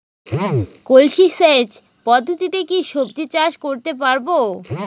কলসি সেচ পদ্ধতিতে কি সবজি চাষ করতে পারব?